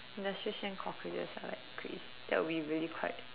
industrial strength cockroaches are like crazy that would be really quite